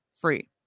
free